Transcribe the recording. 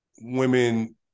women